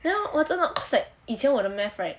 then 我真的 upset 以前我的 math right